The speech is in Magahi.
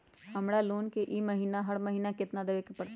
हमरा लोन के ई.एम.आई हर महिना केतना देबे के परतई?